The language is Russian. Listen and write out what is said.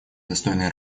достойной